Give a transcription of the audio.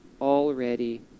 already